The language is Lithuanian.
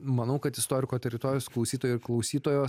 manau kad istoriko teritorijos klausytojai ir klausytojos